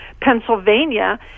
Pennsylvania